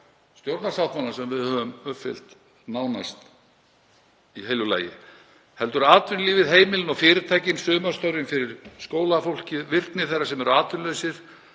stjórnarsáttmálann, sem við höfum uppfyllt nánast í heilu lagi, heldur á atvinnulífið, heimilin og fyrirtækin, sumarstörfin fyrir skólafólkið, virkni þeirra sem eru atvinnulausir,